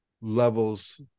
levels